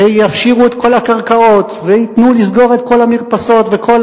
שיפשירו את כל הקרקעות וייתנו לסגור את כל המרפסות וכל